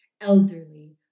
elderly